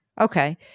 Okay